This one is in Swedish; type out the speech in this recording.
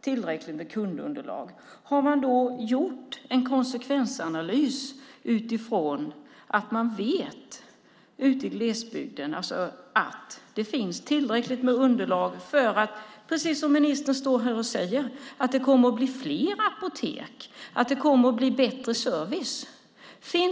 tillräckligt kundunderlag? Har man gjort en konsekvensanalys utifrån att man ute i glesbygden vet att det finns tillräckligt med underlag för att det kommer att bli fler apotek? Det är ju vad ministerns står här och säger. Det kommer att bli bättre service, säger han.